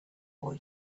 boy